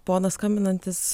ponas skambinantis